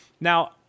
Now